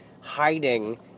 hiding